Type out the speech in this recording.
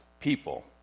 people